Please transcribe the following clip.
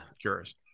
curious